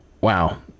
wow